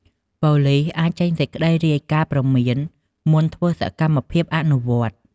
ប៉ូលិសអាចចេញសេចក្តីរាយការណ៍ព្រមាន មុនធ្វើសកម្មភាពអនុវត្ត។